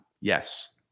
Yes